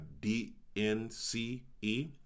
D-N-C-E